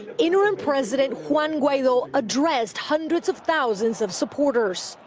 interim president juan guaido addressed hundreds of thousands of supporters.